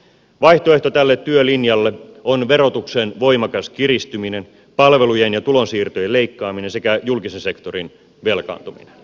vaihtoehto tälle työlinjalle on verotuksen voimakas kiristyminen palvelujen ja tulonsiirtojen leikkaaminen sekä julkisen sektorin velkaantuminen